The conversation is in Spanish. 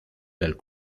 del